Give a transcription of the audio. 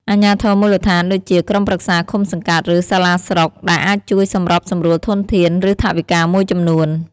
អាជ្ញាធរមូលដ្ឋាន ដូចជា ក្រុមប្រឹក្សាឃុំសង្កាត់ ឬសាលាស្រុក ដែលអាចជួយសម្របសម្រួលធនធាន ឬថវិកាមួយចំនួន។